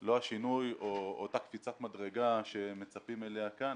לא אותה קפיצת מדרגה שמצפים לה כאן,